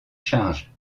charges